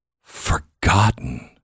Forgotten